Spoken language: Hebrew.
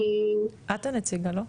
את הנציגה לא?